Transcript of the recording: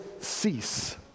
cease